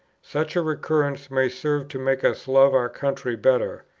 such a recurrence may serve to make us love our country better,